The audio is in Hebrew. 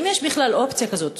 האם יש בכלל אופציה כזאת?